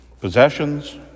possessions